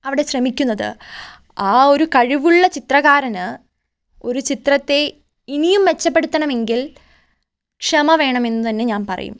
അവിടെ ശ്രമിക്കുന്നത് ആ ഒരു കഴിവുള്ള ചിത്രകാരന് ഒരു ചിത്രത്തെ ഇനിയും മെച്ചപ്പെടുത്തണമെങ്കിൽ ക്ഷമ വേണമെന്ന് തന്നെ ഞാൻ പറയും